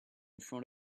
front